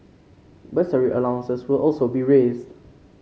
bursary allowances will also be raised